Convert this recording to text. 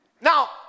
Now